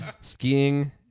skiing